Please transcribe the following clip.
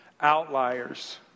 outliers